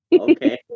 Okay